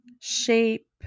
shape